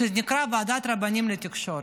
שנקרא ועדת רבנים לתקשורת.